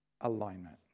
Alignment